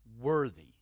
worthy